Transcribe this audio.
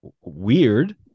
weird